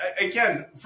again